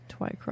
Twycross